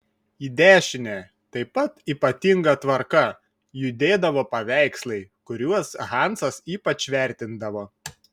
į dešinę taip pat ypatinga tvarka judėdavo paveikslai kuriuos hansas ypač vertindavo